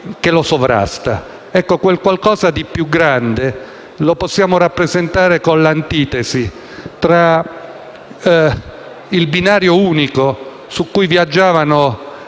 che lo sovrasta. Ecco, quel qualcosa di più grande lo possiamo rappresentare con l'antitesi tra il binario unico su cui viaggiavano